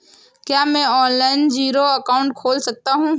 क्या मैं online zero account खोल सकता हूँ?